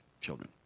children